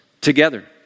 together